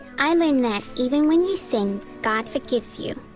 i learned that even when you sin, god forgives you.